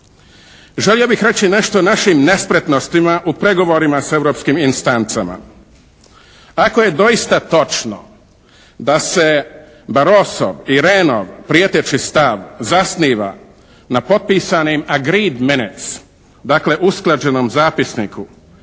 Želio bih reći nešto o našim nespretnostima u pregovorima s Europskim instancama. Ako je doista točno da se Barossov i Renov prijeteći stav zasniva na potpisanim "agrees minutes", dakle, usklađenom zapisniku